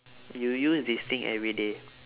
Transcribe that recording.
you use this thing everyday